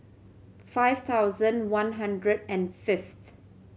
five thousand one hundred and fifth